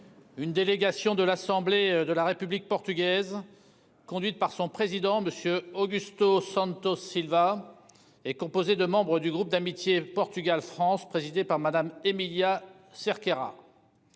Une délégation de l'Assemblée de la République portugaise. Conduite par son président Monsieur Augusto Santos Silva. Est composé de membres du groupe d'amitié Portugal France présidée par Madame Emilia Cerqueira.